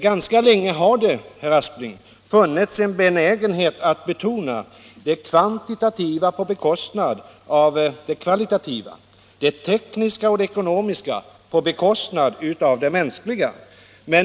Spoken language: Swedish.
Ganska länge har det, herr Aspling, funnits en benägenhet att betona det kvantitativa på bekostnad av det kvalitativa, det tekniska och det ekonomiska på bekostnad av det mänskliga.